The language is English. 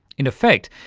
in effect,